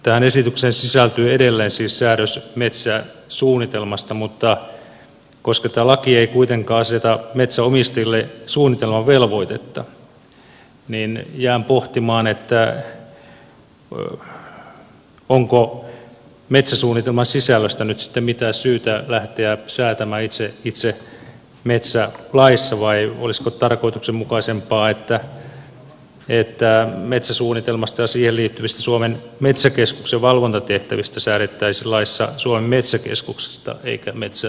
tähän esitykseen sisältyy edelleen siis säädös metsäsuunnitelmasta mutta koska tämä laki ei kuitenkaan aseta metsänomistajille suunnitelmavelvoitetta niin jään pohtimaan onko metsäsuunnitelman sisällöstä nyt sitten mitään syytä lähteä säätämään itse metsälaissa vai olisiko tarkoituksenmukaisempaa että metsäsuunnitelmasta ja siihen liittyvistä suomen metsäkeskuksen valvontatehtävistä säädettäisiin laissa suomen metsäkeskuksesta eikä metsälaissa